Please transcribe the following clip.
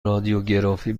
رادیوگرافی